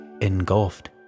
engulfed